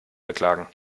beklagen